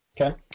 Okay